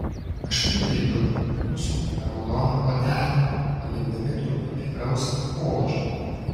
aštriu peiliu nuskutame raudoną odelę palikdami truputį rausvo poodžio